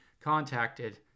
contacted